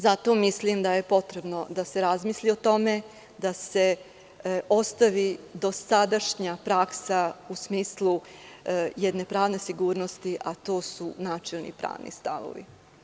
Zato mislim da je potrebno da se razmisli o tome, da se ostavi dosadašnja praksa u smislu jedne pravne sigurnosti, a to su načelni pravni stavovi.